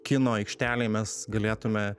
kino aikštelėj mes galėtume